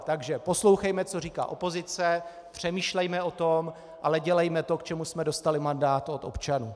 Takže poslouchejme, co říká opozice, přemýšlejme o tom, ale dělejme to, k čemu jsme dostali mandát od občanů.